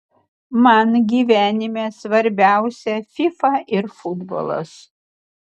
man gyvenime svarbiausia fifa ir futbolas